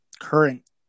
current